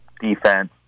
defense